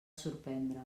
sorprendre